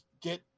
get